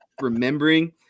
remembering